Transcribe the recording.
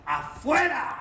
afuera